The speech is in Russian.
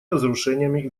разрушениями